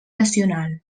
nacional